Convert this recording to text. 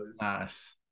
Nice